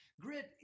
Grit